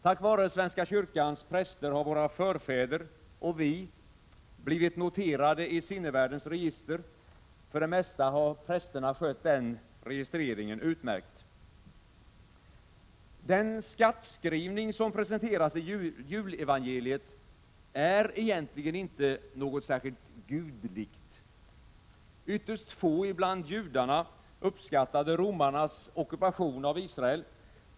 Tack vare svenska kyrkans präster har våra förfäder — och vi — blivit noterade i sinnevärldens register. För det mesta har prästerna skött den registreringen utmärkt. Den skattskrivning som presenteras i julevangeliet är egentligen inte något särskilt gudligt. Ytterst få bland judarna uppskattade romarnas ockupation av Israel.